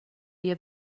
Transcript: بیا